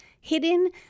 hidden